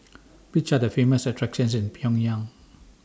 Which Are The Famous attractions in Pyongyang